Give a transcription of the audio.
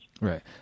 Right